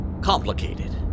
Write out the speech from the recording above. complicated